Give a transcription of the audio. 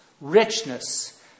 richness